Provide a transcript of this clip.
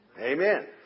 amen